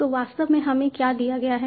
तो वास्तव में हमें क्या दिया गया है